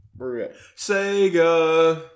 Sega